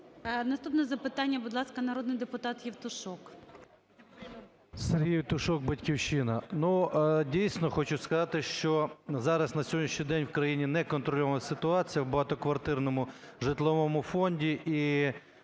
Наступне запитання, будь ласка, народний депутат Євтушок. 17:23:37 ЄВТУШОК С.М. Сергій Євтушок, "Батьківщина". Дійсно, хочу сказати, що зараз на сьогоднішній день в країні неконтрольована ситуація в багатоквартирному житловому фонді, і